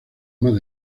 más